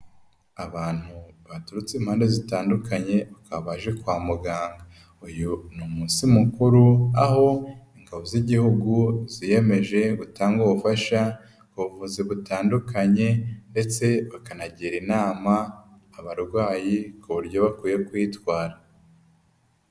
Abantu baturutse impande zitandukanye bakaba baje kwa muganga. Uyu ni umunsi mukuru, aho ingabo z'igihugu ziyemeje gutanga ubufasha ku buvuzi butandukanye, ndetse bakanagira inama abarwayi ku buryo bakwiye kwitwara.